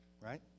Right